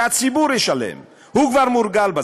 שהציבור ישלם, הוא כבר מורגל בזה.